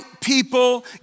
people